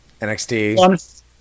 NXT